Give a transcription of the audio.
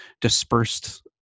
dispersed